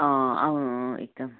अँ आऊ एकदम